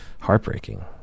heartbreaking